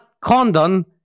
Condon